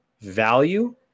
value